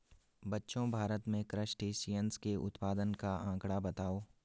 बच्चों भारत में क्रस्टेशियंस के उत्पादन का आंकड़ा बताओ?